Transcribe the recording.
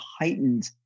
heightened